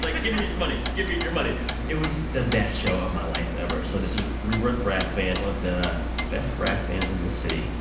like give me your money. give me your money it was the best show of my life ever. so this is rebirth brass band, one of the best brass bands in the city,